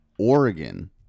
Oregon